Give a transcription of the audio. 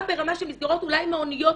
גם ברמה של מסגרות אולי מעוניות,